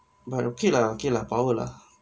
but okay lah okay lah power lah